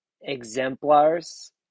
exemplars